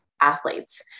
Athletes